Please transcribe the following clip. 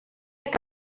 que